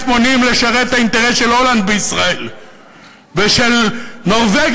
מונים לשרת את האינטרס של הולנד בישראל ושל נורבגיה